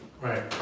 Right